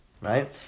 right